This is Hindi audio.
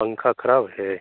पंखा खराब है